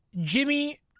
Jimmy